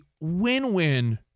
win-win